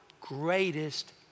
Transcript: greatest